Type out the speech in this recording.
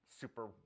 super